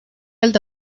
alta